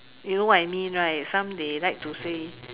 you know what I mean right some they like to say